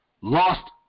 lost